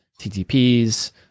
TTPs